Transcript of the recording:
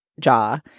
jaw